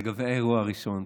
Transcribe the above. לגבי האירוע הראשון,